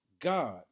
God